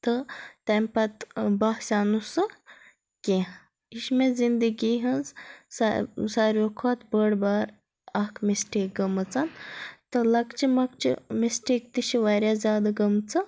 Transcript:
تہٕ تَمہِ پَتہٕ ٲں باسیاو نہٕ سُہ کیٚنٛہہ یہِ چھِ مےٚ زِندگی ہنٛز سا ساروٕے کھۄتہٕ بٔڑ بار اَکھ مِسٹیک گٔمٕژ تہٕ لَکچہِ مۄکچہِ مِسٹیک تہِ چھِ واریاہ زیادٕ گٔمژٕ